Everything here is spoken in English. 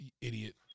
idiot